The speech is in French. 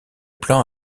plan